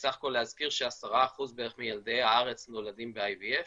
שסך הכול להזכיר ש-10% בערך מילדי הארץ נולדים ב-IVF.